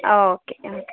okay മ്മ്